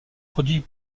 produit